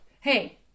hey